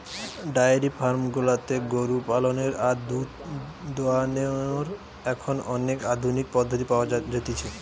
diary farm গুলাতে গরু পালনের আর দুধ দোহানোর এখন অনেক আধুনিক পদ্ধতি পাওয়া যতিছে